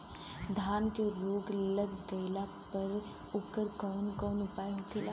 धान में रोग लग गईला पर उकर कवन कवन उपाय होखेला?